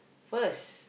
first